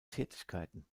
tätigkeiten